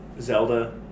Zelda